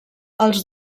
els